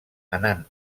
anant